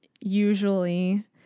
usually